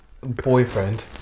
boyfriend